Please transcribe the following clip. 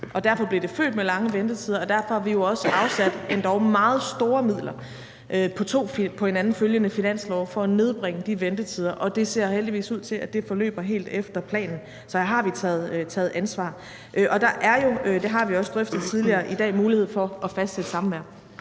Derfor blev det født med lange ventetider, og derfor har vi jo også afsat endog meget store midler på to på hinanden følgende finanslove for at nedbringe de ventetider, og det ser heldigvis ud til, at det forløber helt efter planen. Så her har vi taget ansvar. Der er jo – og det har vi også drøftet tidligere – i dag mulighed for at fastsætte samvær.